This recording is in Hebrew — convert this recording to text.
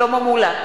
שלמה מולה,